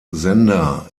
sender